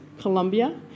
Colombia